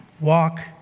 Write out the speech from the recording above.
walk